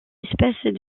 espèce